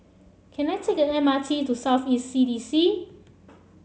can I take the M R T to South East C D C